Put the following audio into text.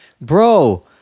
bro